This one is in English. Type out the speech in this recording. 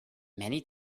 many